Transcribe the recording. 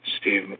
Steve